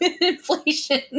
inflation